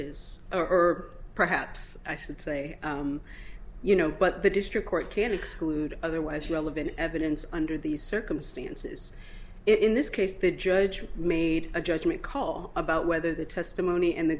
is or perhaps i should say you know but the district court can exclude otherwise relevant evidence under these circumstances in this case the judge made a judgment call about whether the testimony and the